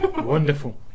Wonderful